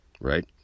right